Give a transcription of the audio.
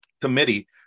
committee